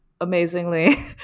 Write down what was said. amazingly